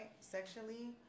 sexually